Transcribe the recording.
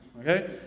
Okay